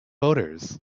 voters